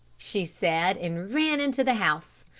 she said, and ran into the house.